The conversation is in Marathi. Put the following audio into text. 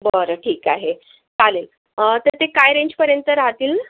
बरं ठीक आहे चालेल तर ते काय रेंजपर्यंत राहतील